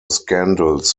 scandals